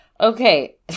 Okay